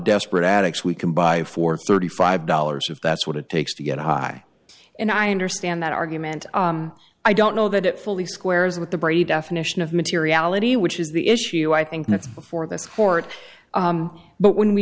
desperate addicts we can buy for thirty five dollars if that's what it takes to get high and i understand that argument i don't know that it fully squares with the brady definition of materiality which is the issue i think that's before this court but when we